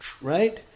Right